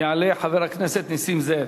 יעלה חבר הכנסת נסים זאב.